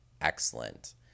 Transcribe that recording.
excellent